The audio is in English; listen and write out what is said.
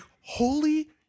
holy